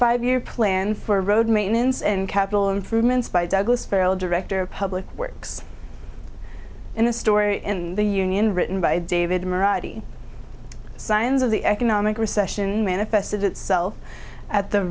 five year plan for road maintenance and capital improvements by douglas farrell director of public works and the story in the union written by david morality signs of the economic recession manifested itself at the